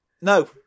No